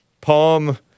Palm